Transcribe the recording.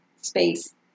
space